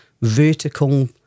vertical